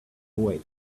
away